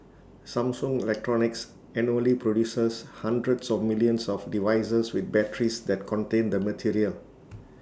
Samsung electronics annually produces hundreds of millions of devices with batteries that contain the material